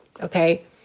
okay